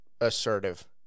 assertive